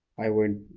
i would